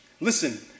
Listen